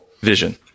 vision